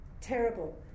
terrible